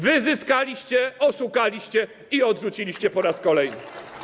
Wyzyskaliście, oszukaliście i odrzuciliście po raz kolejny.